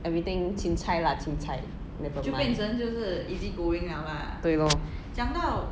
everything chin-cai lah chin-cai 对 lor